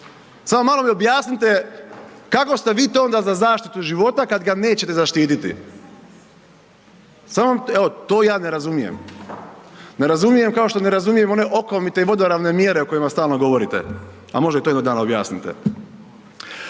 Samo malo mi objasnite kako ste vi to onda za zaštitu života kad ga nećete zaštititi? Samo evo, to ja ne razumijem. Ne razumijem kao što ne razumijem one okomite i vodoravne mjere o kojima stalno govorite. A možda i to jednog dana objasnite.